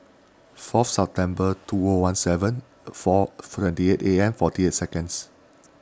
four September two O one seven four Friday eight A M forty eight seconds